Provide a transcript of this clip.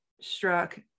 struck